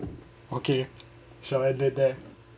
okay shall end it there